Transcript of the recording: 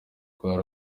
rwari